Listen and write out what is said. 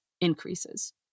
increases